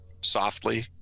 softly